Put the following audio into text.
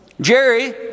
Jerry